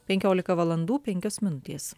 penkiolika valandų penkios minutės